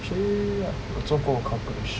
actually 我做过 calculation